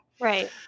Right